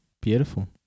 Beautiful